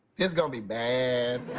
it's going to be bad.